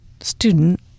student